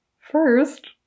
first